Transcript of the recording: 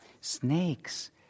Snakes